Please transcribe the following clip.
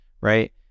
right